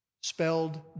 spelled